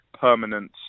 permanent